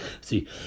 See